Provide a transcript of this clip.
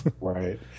Right